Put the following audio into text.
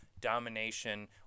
domination